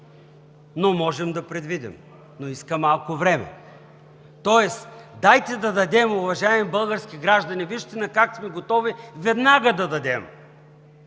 но можем да предвидим, но иска малко време. Тоест дайте да дадем! Уважаеми български граждани, вижте как сме готови веднага да дадем.